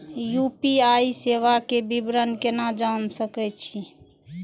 UPI सेवा के विवरण केना जान सके छी?